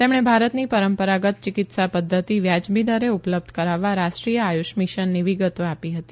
તેમણે ભારતની પરંપરાગત ચિકિત્સા પધ્ધતિ વાજબી દરે ઉપલબ્ધ કરાવવા રાષ્ટ્રીય આયુષ મીશનની વિગતો આપી હતી